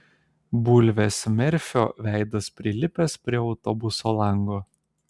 bulvės merfio veidas prilipęs prie autobuso lango